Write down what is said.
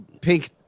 pink